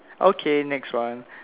okay next one